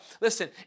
Listen